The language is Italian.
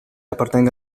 appartenga